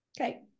Okay